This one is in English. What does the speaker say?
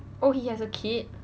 oh he has a kid